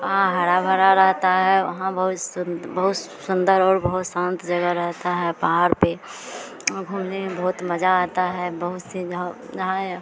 वहाँ हरा भरा रहता है वहाँ बहुत सुन्द बहुत सुन्दर और बहुत शान्त जगह रहती है पहाड़ पर वहाँ घूमने में बहुत मज़ा आता है बहुत सी जहो जहाँ यह